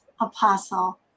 apostle